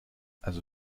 also